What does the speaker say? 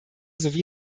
sowie